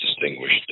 distinguished